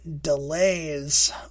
delays